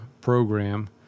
program